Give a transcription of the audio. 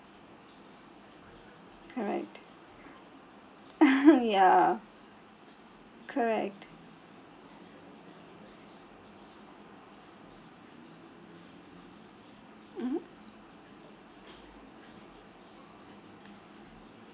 correct ya correct mmhmm